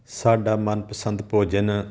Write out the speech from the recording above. ਸਾਡਾ ਮਨਪਸੰਦ ਭੋਜਨ